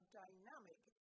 dynamic